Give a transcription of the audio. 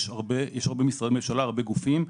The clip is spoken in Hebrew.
יש הרבה משרדי ממשלה והרבה גופים.